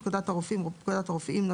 "פקודת הרופאים" פקודת הרופאים ,